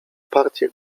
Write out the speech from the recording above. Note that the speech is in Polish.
partie